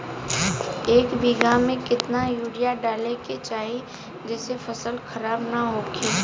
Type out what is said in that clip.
एक बीघा में केतना यूरिया डाले के चाहि जेसे फसल खराब ना होख?